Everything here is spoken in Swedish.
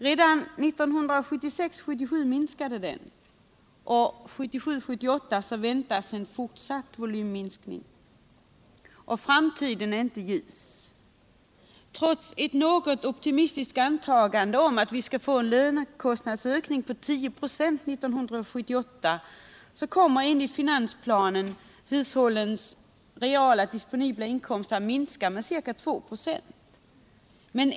Den minskade redan 1976 78 väntas en fortsatt volymminskning. Och framtiden är inte ljus. Trots ett något Finansdebatt Finansdebatt 160 optimistiskt antagande om en lönekostnadsökning på 10 "5 för 1978 kommer enligt finansplanen hushållens reala disponibla inkomster att minska med ca 2 4.